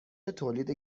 تولید